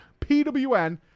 PWN